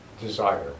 desire